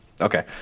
Okay